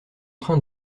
train